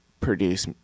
produce